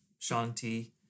Shanti